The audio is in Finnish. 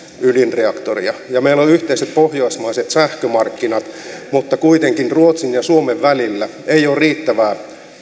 ydinreaktoria ja meillä on yhteiset pohjoismaiset sähkömarkkinat mutta kuitenkaan ruotsin ja suomen välillä ei ole riittävää